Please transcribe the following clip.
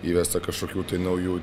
įvesta kažkokių naujų